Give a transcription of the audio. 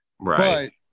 right